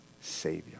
Savior